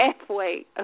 halfway